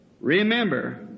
Remember